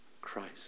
Christ